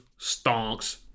Stonks